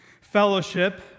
fellowship